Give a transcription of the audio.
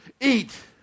eat